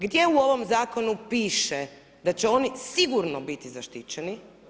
Gdje u ovom zakonu piše da će oni sigurno biti zaštićeni?